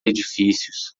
edifícios